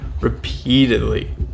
repeatedly